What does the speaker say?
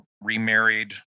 remarried